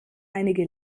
einige